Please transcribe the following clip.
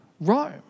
Rome